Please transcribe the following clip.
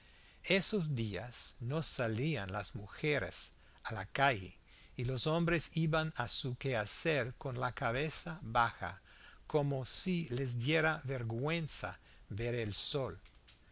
esos días no salían las mujeres a la calle y los hombres iban a su quehacer con la cabeza baja como sí les diera vergüenza ver el sol